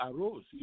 arose